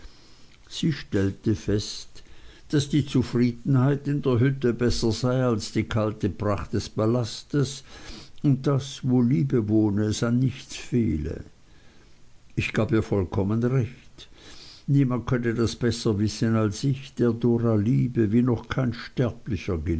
sie stellte fest daß die zufriedenheit in der hütte besser sei als die kalte pracht des palastes und daß wo liebe wohne es an nichts fehle ich gab ihr vollkommen recht niemand könne das besser wissen als ich der dora liebe wie noch kein sterblicher